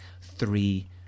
three